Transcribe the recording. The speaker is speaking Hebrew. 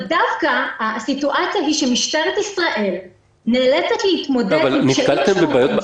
דווקא הסיטואציה היא שמשטרת ישראל נאלצת להתמודד עם קשיים משמעותיים